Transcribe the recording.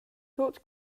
tut